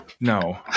No